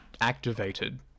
activated